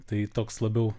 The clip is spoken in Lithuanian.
tai toks labiau